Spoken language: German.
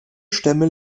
stämme